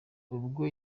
ubwo